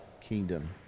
kingdom